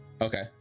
Okay